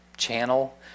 channel